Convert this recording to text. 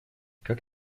как